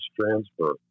transfer